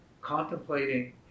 contemplating